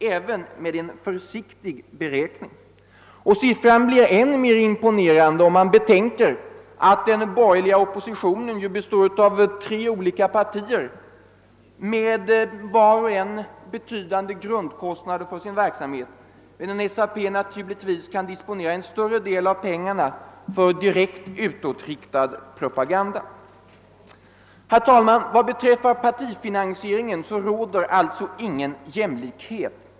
även med en försiktig beräkning. Siffran blir än mer imponerande om vi betänker att den borgerliga oppositionen består av tre olika partier som vart och ett har betydande grundkostnader för sin verksamhet, medan SAP naturligtvis kan disponera en större del av pengarna för direkt utåtriktad propaganda. Beträffande partifinansieringen råder alltså ingen jämlikhet.